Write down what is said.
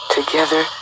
Together